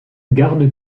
garde